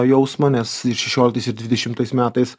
jausmą nes ir šešioliktais ir dvidešimtais metais